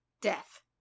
Death